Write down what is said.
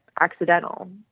accidental